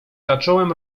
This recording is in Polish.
zacząłem